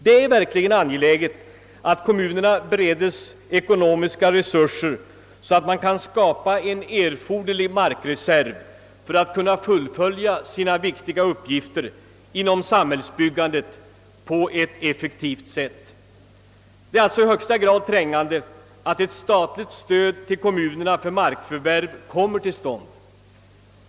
Det är verkligen angeläget att kommunerna bereds ekonomiska resurser så att de kan skapa en erforderlig markreserv för att kunna fullfölja sina viktiga uppgifter inom samhällsbyggandet på ett effektivt sätt. Det är alltså i högsta grad brådskande att ett statligt stöd till kommunerna för markförvärv kommer till stånd.